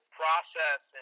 process